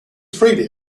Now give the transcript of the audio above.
freely